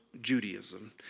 Judaism